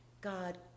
God